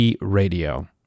Radio